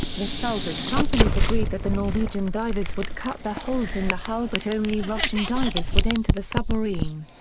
the salvage companies agreed that the norwegian divers would cut the holes in the hull but only russian divers would enter the submarine.